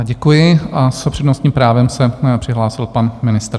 Děkuji a s přednostním právem se přihlásil pan ministr.